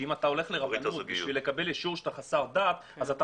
שאם אתה הולך לרבנות בשביל לקבל אישור שאתה חסר דת אז אתה